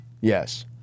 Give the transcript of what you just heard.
Yes